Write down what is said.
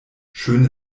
schöne